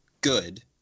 good